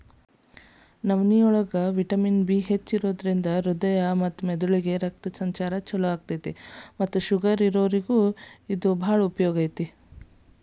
ನವನಿಯೋಳಗ vitamin B ಹೆಚ್ಚಿರೋದ್ರಿಂದ ಹೃದ್ರೋಗ ಮತ್ತ ಮೆದಳಿಗೆ ರಕ್ತ ಸಂಚಾರಕ್ಕ, ಶುಗರ್ ಇದ್ದೋರಿಗೆ ಇದು ಉಪಯೋಗ ಆಕ್ಕೆತಿ